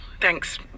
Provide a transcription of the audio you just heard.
Thanks